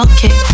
Okay